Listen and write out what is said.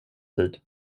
tid